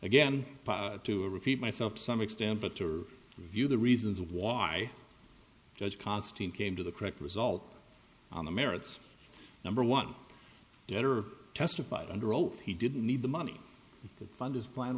again to repeat myself to some extent but to review the reasons why judge costin came to the correct result on the merits of number one debtor testified under oath he didn't need the money to fund his plan